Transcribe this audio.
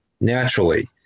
naturally